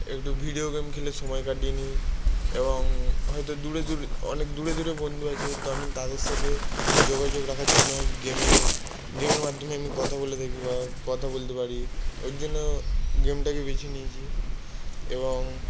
একটু video game খেলে সময় কাটিয়ে নিই এবং হয়তো দূরে দূরে অনেক দূরে দূরে বন্ধু আছে তো আমি তাদের সাথে যোগাযোগ রাখার জন্য গেমে গেমের মাধ্যমে এমনি কথা বলে থাকি বা কথা বলতে পারি ওর জন্য গেমটাকে বেছে নিয়েছি এবং